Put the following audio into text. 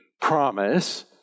promise